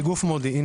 היא גוף מודיעיני.